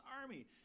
army